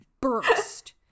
burst